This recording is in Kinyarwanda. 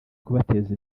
kubateza